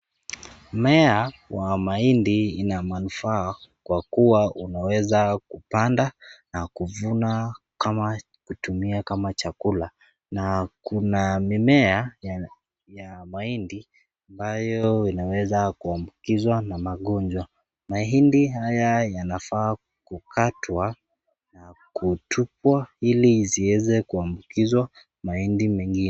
Mmea wa mahindi una manufaa kwa kuwa unaweza kupanda na kuvuna na kutumia kama chakula, na kuna mimea ya mahindi, ambayo inaweza kuambukizwa na magonjwa, mahindi haya yanafaa kukatwa na kutupwa ili isiezi kuambukizwa mahindi mwngine.